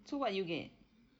so what did you get